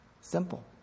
Simple